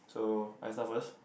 so I start first